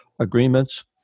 agreements